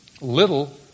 little